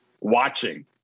watching